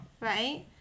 Right